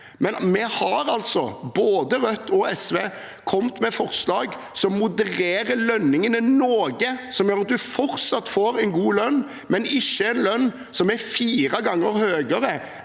– har altså kommet med forslag som modererer lønningene noe, som gjør at man fortsatt får en god lønn, men ikke en lønn som er fire ganger høyere